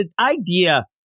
idea